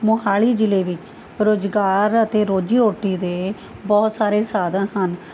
ਮੋਹਾਲੀ ਜ਼ਿਲ੍ਹੇ ਵਿੱਚ ਰੁਜ਼ਗਾਰ ਅਤੇ ਰੋਜ਼ੀ ਰੋਟੀ ਦੇ ਬਹੁਤ ਸਾਰੇ ਸਾਧਨ ਹਨ